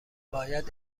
باید